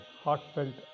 heartfelt